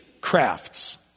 crafts